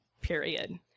period